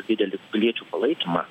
didelį piliečių palaikymą